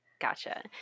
Gotcha